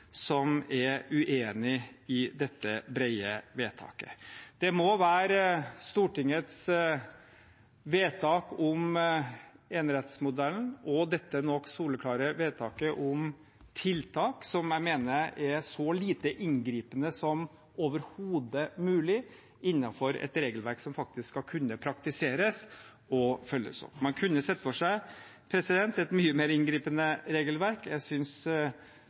som er uenig i dette brede vedtaket. Det må være Stortingets vedtak om enerettsmodellen og dette soleklare vedtaket nå om tiltak som jeg mener er så lite inngripende som overhodet mulig, innenfor et regelverk som faktisk skal kunne praktiseres og følges opp. Man kunne sett for seg et mye mer inngripende regelverk. Jeg synes